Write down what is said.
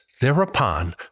Thereupon